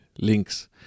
links